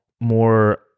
More